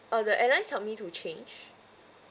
uh the airlines helped me to change